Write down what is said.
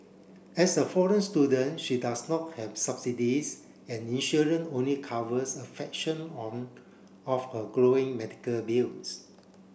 as a foreign student she does not have subsidies and insurance only covers a fraction on of her growing medical bills